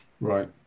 right